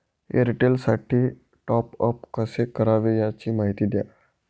एअरटेलसाठी टॉपअप कसे करावे? याची माहिती द्या